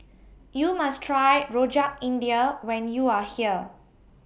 YOU must Try Rojak India when YOU Are here